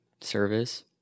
service